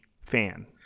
fan